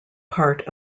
part